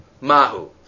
Mahu